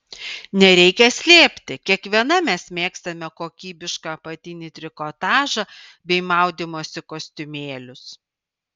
nereikia slėpti kiekviena mes mėgstame kokybišką apatinį trikotažą bei maudymosi kostiumėlius